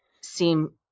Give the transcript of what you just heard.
seem